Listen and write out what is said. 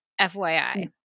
FYI